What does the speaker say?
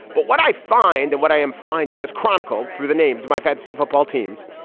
but what i find and what i am finding is chronicled through the names my fantasy football teams.